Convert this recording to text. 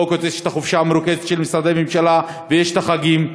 ובאוגוסט יש את החופשה המרוכזת של משרדי הממשלה ויש את החגים?